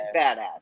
badass